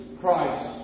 Christ